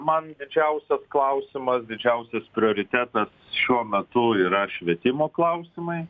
man didžiausias klausimas didžiausias prioritetas šiuo metu yra švietimo klausimai